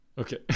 Okay